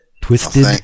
Twisted